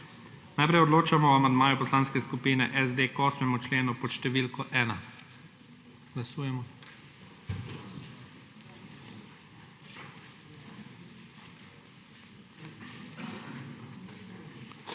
Najprej odločamo o amandmaju Poslanske skupine SD k 8. členu pod številko 1. Glasujemo.